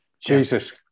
jesus